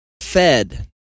fed